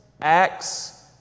acts